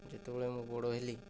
ଯେତେବେଳେ ମୁଁ ବଡ଼ ହେଲି